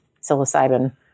psilocybin